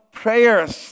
prayers